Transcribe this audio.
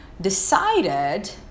decided